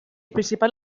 principal